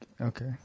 Okay